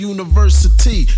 University